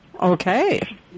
okay